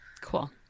Cool